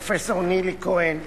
פרופסור נילי כהן,